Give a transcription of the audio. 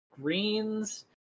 greens